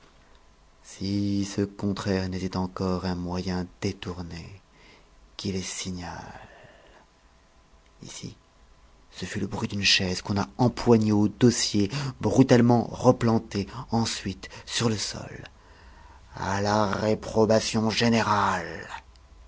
si ce contraire n'était encore un moyen détourné qui les signale ici ce fut le bruit d'une chaise qu'on a empoignée au dossier brutalement replantée ensuite sur le sol à la réprobation générale